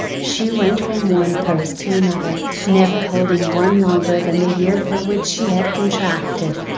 she went from one post to another, never holding one longer than the year for which she had contracted.